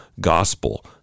gospel